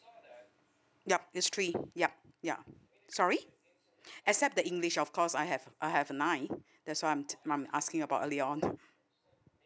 yup it's three yup ya sorry except the english of course I have I have a nine that's why I'm I'm asking about earlier on